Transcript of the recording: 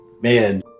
man